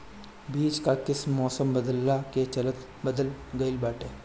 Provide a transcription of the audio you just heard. बीज कअ किस्म मौसम बदलला के चलते बदल गइल बाटे